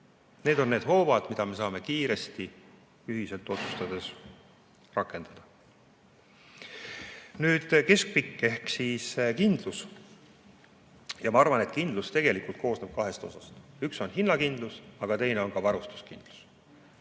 Need on need hoovad, mida me saame kiiresti ühiselt otsustades rakendada. Nüüd keskpikk [perspektiiv] ehk kindlus. Ma arvan, et kindlus tegelikult koosneb kahest osast: üks on hinnakindlus, teine on varustuskindlus.